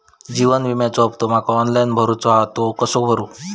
जीवन विम्याचो हफ्तो माका ऑनलाइन भरूचो हा तो कसो भरू?